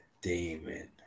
Damon